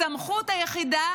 הסמכות היחידה